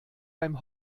beim